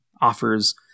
offers